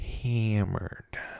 hammered